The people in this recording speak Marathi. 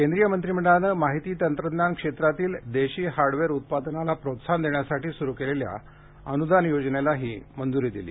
केंद्रीय मंत्रिमंडळानं माहिती तंत्रज्ञान क्षेत्रातील देशी हार्डवेअर उत्पादनाला प्रोत्साहन देण्यासाठी सुरु केलेल्या अनुदान योजनेलाही मंजुरी दिली